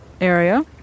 area